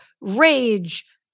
rage